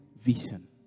vision